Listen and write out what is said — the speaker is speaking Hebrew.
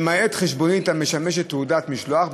למעט חשבונית המשמשת תעודת משלוח,